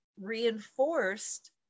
reinforced